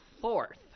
fourth